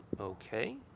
okay